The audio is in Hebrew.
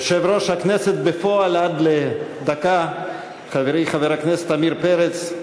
יושב-ראש הכנסת בפועל עד לפני דקה חברי חבר הכנסת עמיר פרץ,